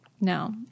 No